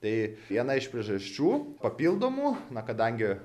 tai viena iš priežasčių papildomų na kadangi